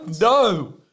No